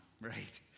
right